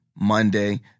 Monday